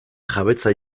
jabetza